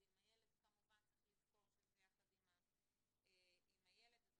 שגם ככה עוברים מסכת ייסורים בכל הטיפול, שלא